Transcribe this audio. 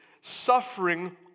suffering